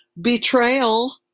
betrayal